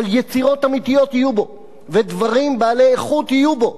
אבל יצירות אמיתיות יהיו בו ודברים בעלי איכות יהיו בו,